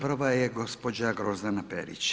Prva je gospođa Grozdana Perić.